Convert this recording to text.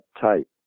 type